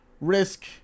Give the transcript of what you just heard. risk